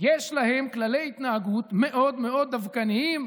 יש להם כללי התנהגות מאוד מאוד דווקניים.